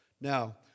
Now